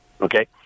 Okay